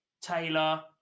Taylor